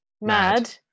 Mad